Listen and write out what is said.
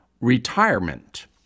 retirement